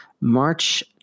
March